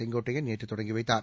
செங்கோட்டையன் நேற்று தொடங்கி வைத்தார்